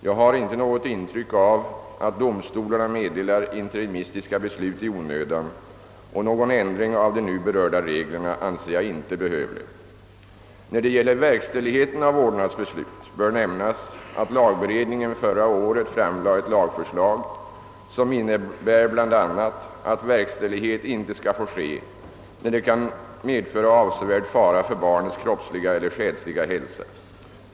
Jag har inte något intryck av att domstolarna meddelar interimistiska beslut i onödan, och någon ändring av de nu berörda reglerna anser jag inte behövlig. När det gäller verkställigheten av vårdnadsbeslut bör nämnas, att lagberedningen förra året framlade ett lagförslag som innebär bl.a. att verkställighet inte skall få ske när den kan medföra avsevärd fara för barnets kroppsliga eller själsliga hälsa.